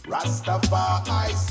Rastafari